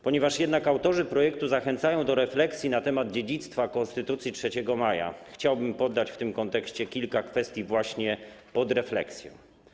Ponieważ jednak autorzy projektu zachęcają do refleksji na temat dziedzictwa Konstytucji 3 maja, chciałbym poddać w tym kontekście kilka kwestii właśnie pod refleksję.